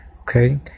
okay